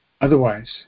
Otherwise